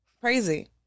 Crazy